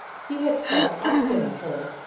he had thought often of her,